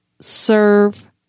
serve